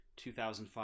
2005